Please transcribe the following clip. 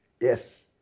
yes